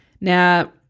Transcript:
Now